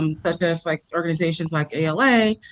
and such as like organizations like ala,